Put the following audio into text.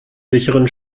sicheren